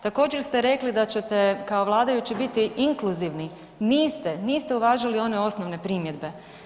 Također ste rekli da ćete kao vladajući biti inkluzivni, niste, niste uvažili one osnovne primjedbe.